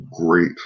great